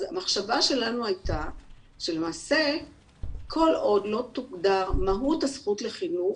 אז המחשבה שלנו הייתה שלמעשה כל עוד לא תוגדר מהות הזכות לחינוך